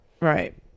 Right